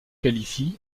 qualifient